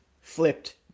flipped